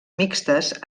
mixtes